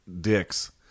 dicks